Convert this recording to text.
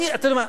אתה יודע מה,